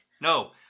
No